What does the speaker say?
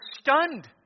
stunned